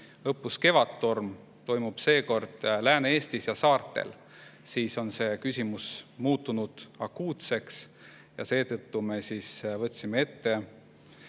õppus Kevadtorm toimub seekord Lääne-Eestis ja saartel, siis on see küsimus muutunud akuutseks. Seetõttu me võtsime selle